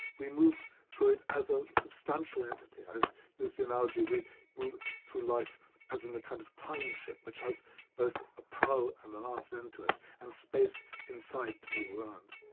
we move through it as a substantial entity. i've used the analogy we move through life as in a kind of time-ship which has both a prow and an after-end to it, and space inside to move around.